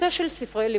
ונושא של ספרי לימוד,